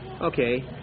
Okay